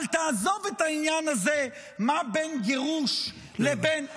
אבל תעזוב את העניין הזה, מה בין גירוש לבין כלא?